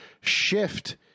shift